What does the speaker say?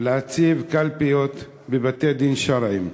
להציב קלפיות בבתי-דין שרעיים.